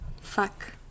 fuck